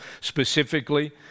specifically